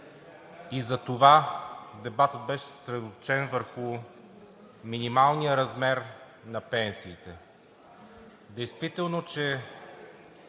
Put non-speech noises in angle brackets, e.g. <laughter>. и затова дебатът беше съсредоточен върху минималния размер на пенсиите. <noise> Действително, че